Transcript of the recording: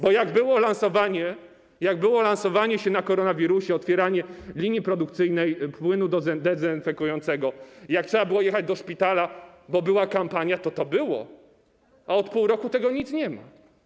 Bo jak było lansowanie, jak było lansowanie się na koronawirusie, otwieranie linii produkcyjnej płynu dezynfekującego i jak trzeba było jechać do szpitala, bo była kampania, to to było, a od pół roku tego nie ma.